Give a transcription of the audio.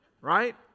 Right